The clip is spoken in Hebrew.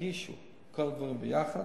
ירגישו את כל הדברים ביחד,